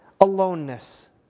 aloneness